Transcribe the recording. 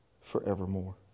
forevermore